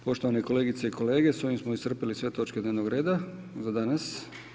Poštovani kolegice i kolege s ovim smo iscrpili sve točke dnevnog reda za danas.